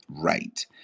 right